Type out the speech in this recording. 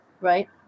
right